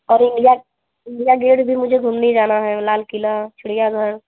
और India India Gate भी मुझे घूमने जाना है लाल क़िला चिड़ियाघर